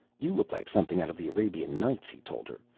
you look like something out of the arabian nights, he told her.